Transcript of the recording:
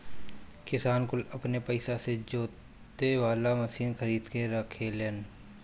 किसान कुल अपने पइसा से जोते वाला मशीन खरीद के रखेलन